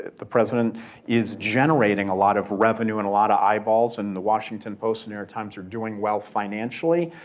the president is generating a lot of revenue and a lot of eyeballs when and the washington post, new york times are doing well financially.